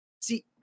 See